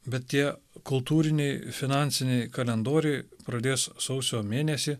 bet tie kultūriniai finansiniai kalendoriai pradės sausio mėnesį